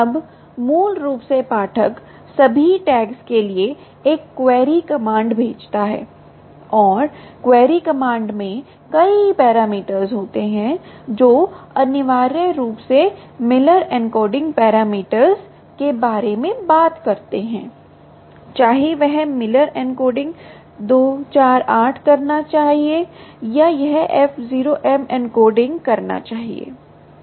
अब मूल रूप से पाठक सभी टैग्स के लिए एक क्वेरी कमांड भेजता है और क्वेरी कमांड में कई पैरामीटर होते हैं जो अनिवार्य रूप से मिलर एन्कोडिंग पैरामीटर के बारे में बात करते हैं चाहे वह मिलर एन्कोडिंग 2 4 8 करना चाहिए या यह f 0 m एन्कोडिंग करना चाहिए